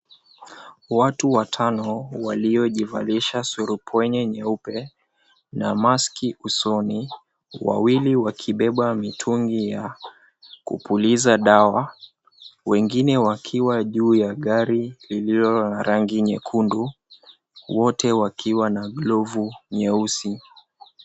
Watu watano waliojivalisha surupwenye nyeupe na mask usoni, wawili wakibeba mitungi ya kupuliza dawa, wengine wakiwa juu ya gari lililo la rangi nyekundu, wote wakiwa na glovu nyeusi.